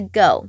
go